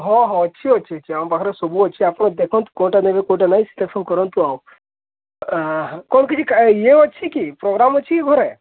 ହଁ ହଁ ଅଛି ଅଛି ଅଛି ଆମ ପାଖରେ ସବୁ ଅଛି ଆପଣ ଦେଖନ୍ତୁ କେଉଁଟା ନେବେ କେଉଁଟା ନାହିଁ ସିଲେକ୍ସନ୍ କରନ୍ତୁ ଆଉ କ'ଣ କିଛି ଆ ୟେ ଅଛି କି ପ୍ରୋଗ୍ରାମ୍ ଅଛି କି ଘରେ